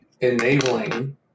enabling